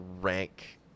rank